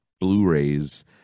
Blu-rays